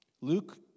Luke